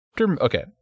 Okay